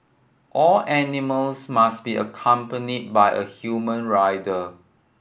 all animals must be accompanied by a human rider